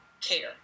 care